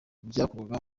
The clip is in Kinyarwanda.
byakorwaga